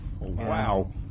Wow